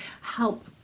help